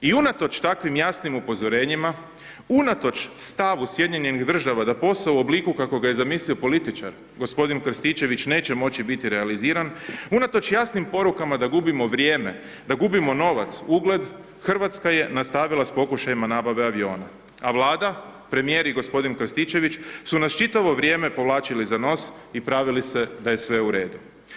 I unatoč takvim jasnim upozorenjima, unatoč stavu Sjedinjenih Država da posao u obliku kako ga je zamislio političar g. Krstičević neće moći biti realiziran, unatoč jasnim porukama da gubimo vrijeme, da gubimo novac, ugled, Hrvatska je nastavila s pokušajima nabave aviona a Vlada, premijer i g. Krstičević su nas čitavo vrijeme povlačili za nos i pravili se da je sve u redu.